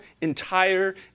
entire